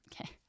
Okay